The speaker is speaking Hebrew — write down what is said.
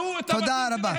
תודה רבה.